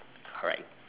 correct